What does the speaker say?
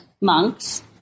monks